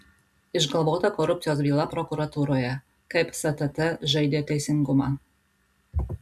išgalvota korupcijos byla prokuratūroje kaip stt žaidė teisingumą